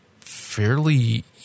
fairly